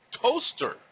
toaster